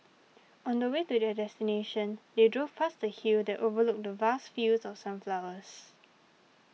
on the way to their destination they drove past a hill that overlooked vast fields of sunflowers